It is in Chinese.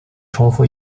重复